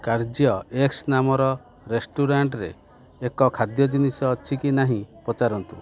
କାର୍ଯ୍ୟ ଏକ୍ସ ନାମର ରେଷ୍ଟୁରାଣ୍ଟ୍ରେ ଏକ ଖାଦ୍ୟ ଜିନିଷ ଅଛି କି ନାହିଁ ପଚାରନ୍ତୁ